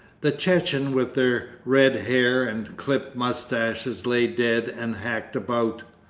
the chechens with their red hair and clipped moustaches lay dead and hacked about.